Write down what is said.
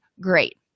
great